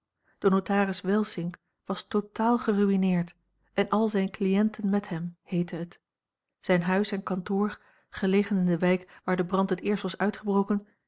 de notaris welsink was totaal geruïneerd en al zijne cliënten met hem heette het zijn huis en kantoor gelegen in de wijk waar de brand het eerst was uitgebroken